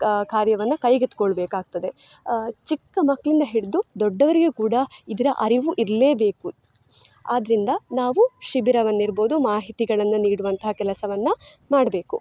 ಕ ಕಾರ್ಯವನ್ನು ಕೈಗೆತ್ತಿಕೊಳ್ಬೇಕಾಗ್ತದೆ ಚಿಕ್ಕ ಮಕ್ಕಳಿಂದ ಹಿಡಿದು ದೊಡ್ಡವರಿಗೆ ಕೂಡ ಇದರ ಅರಿವು ಇರಲೇ ಬೇಕು ಆದ್ದರಿಂದ ನಾವು ಶಿಬಿರವನ್ನಿರ್ಬೋದು ಮಾಹಿತಿಗಳನ್ನು ನೀಡುವಂತಹ ಕೆಲಸವನ್ನು ಮಾಡಬೇಕು